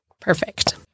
Perfect